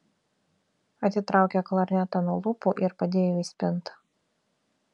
atitraukė klarnetą nuo lūpų ir padėjo į spintą